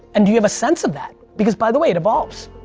and do you have a sense of that? because, by the way, it evolves.